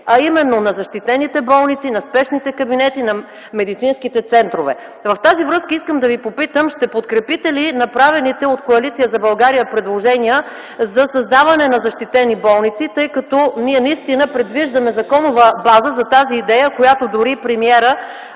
а именно на защитените болници, на спешните кабинети, на медицинските центрове. В тази връзка искам да Ви попитам: ще подкрепите ли направените от Коалиция за България предложения за създаване на защитени болници, тъй като ние наистина предвиждаме законова база за тази идея, която дори премиерът